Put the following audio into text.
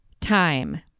time